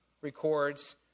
records